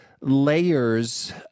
layers